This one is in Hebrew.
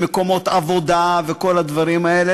מקומות עבודה וכל הדברים האלה,